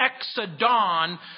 exodon